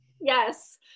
yes